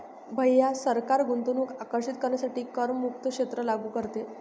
भैया सरकार गुंतवणूक आकर्षित करण्यासाठी करमुक्त क्षेत्र लागू करते